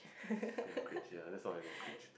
ya cringy lah that's all I know cringe